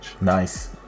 Nice